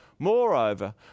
Moreover